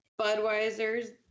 Budweiser's